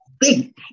big